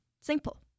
Simple